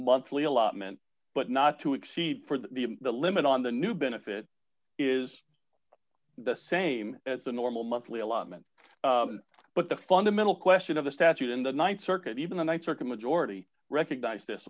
monthly allotment but not to exceed for that the limit on the new benefit is the same as the normal monthly allotment but the fundamental question of the statute in the th circuit even the th circuit majority recognized this